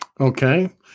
Okay